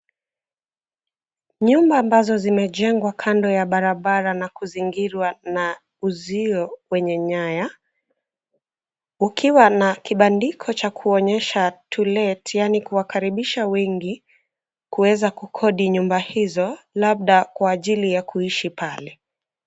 Nyumba ambazo zimejengwa kando ya barabara na kuzingirwa na uzio wenye nyaya. Ukiwa na kibandiko cha kuonyesha to let ,yaani kuwakaribisha wengi, kuweza kukodi nyumba hizo, labda kwa ajili ya kuishi pale.